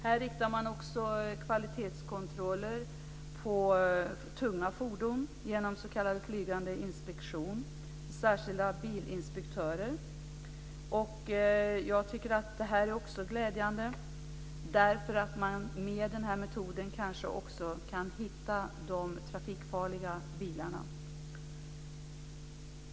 Man riktar också kvalitetskontroller mot tunga fordon genom s.k. flygande inspektion av särskilda bilinspektörer. Jag tycker att detta är glädjande. Med den här metoden kan man kanske också hitta de trafikfarliga bilarna.